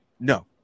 No